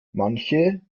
manche